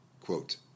quote